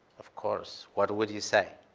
of course. what would you say?